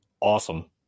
awesome